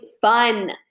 fun